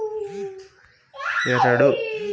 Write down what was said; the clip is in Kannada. ಮೇಕೆ ಮತ್ತು ಟಗರುಗಳಲ್ಲಿ ಎಷ್ಟು ತಳಿಗಳು ಇದಾವ ಹೇಳಿ?